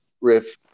riff